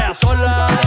sola